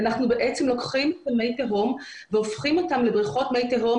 ואנחנו בעצם את מי התהום והופכים אותם לבריכות מי תהום